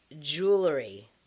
jewelry